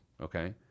Okay